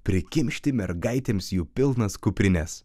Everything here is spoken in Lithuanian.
prikimšti mergaitėms jų pilnas kuprines